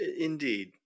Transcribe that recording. Indeed